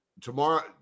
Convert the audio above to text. Tomorrow